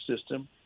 system